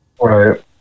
Right